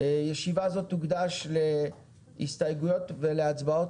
הישיבה הזאת תוקדש להסתייגויות ולהצבעות.